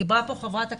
דיברה פה חברת הכנסת,